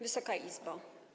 Wysoka Izbo!